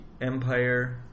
empire